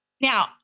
Now